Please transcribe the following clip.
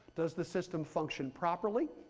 does the system function properly.